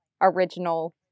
original